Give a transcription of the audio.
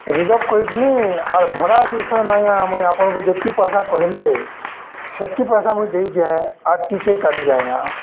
reserve କରିଥିଲି ଆର୍ ଭଡ଼ା ବିଷୟ ନାଇଁ ମୁଇଁ ଆପଣଙ୍କୁ ଯେତିକି ପଇସା କହିଲେ ସେତିକି ପଇସା ମୁଇଁ ଦେଇଯାଏ ଆର୍ ଟିକେଟ୍ କାଟିଯାଏ